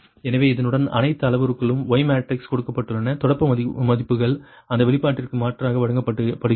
எனவே இதனுடன் அனைத்து அளவுருக்களும் Y மேட்ரிக்ஸ் கொடுக்கப்பட்டுள்ளன தொடக்க மதிப்புகள் அந்த வெளிப்பாட்டிற்கு மாற்றாக வழங்கப்படுகின்றன